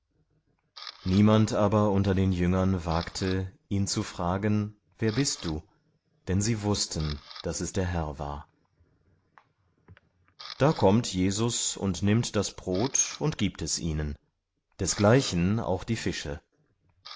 niemand aber unter den jüngern wagte ihn zu fragen wer bist du denn sie wußten daß es der herr war da kommt jesus und nimmt das brot und gibt es ihnen desgleichen auch die fische